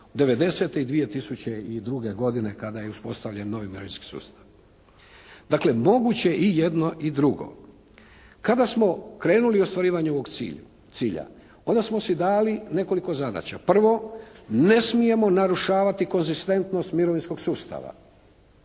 i 2002. godine, kada je uspostavljen novi mirovinski sustav. Dakle, moguće je i jedno i drugo. Kada smo krenuli k ostvarivanju ovog cilja, onda smo si dali nekoliko zadaća. Prvo, ne smijemo narušavati konzistentnost mirovinskog sustava.